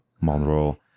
Monroe